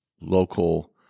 local